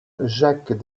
jacques